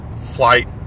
flight